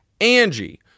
Angie